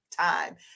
time